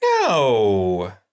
No